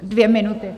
Dvě minuty.